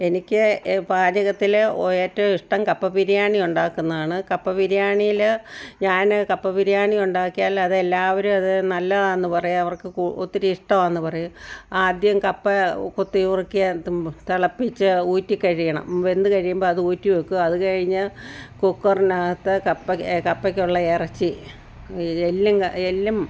എനിക്ക് പാചകത്തിൽ ഒ ഏറ്റവും ഇഷ്ടം കപ്പ ബിരിയാണി ഉണ്ടാക്കുന്നതാണ് കപ്പ ബിരിയാണിയിൽ ഞാൻ കപ്പ ബിരിയാണി ഉണ്ടാക്കിയാൽ അത് എല്ലാവരും അത് നല്ലതാന്ന് പറയും അവർക്ക് കൂ ഒത്തിരി ഇഷ്ടമാണ് പറയും ആദ്യം കപ്പ കൊത്തി നുറുക്കി എത്തുമ്പോൾ തിളപ്പിച്ച് ഊറ്റിക്കഴിയണം വെന്ത് കഴിയുമ്പോൾ അത് ഊറ്റി വെക്കുക അത് കഴുകി കുക്കറിനകത്ത് കപ്പ കെ കപ്പക്കുള്ള ഇറച്ചി എല്ല് എല്ലും